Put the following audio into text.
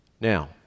now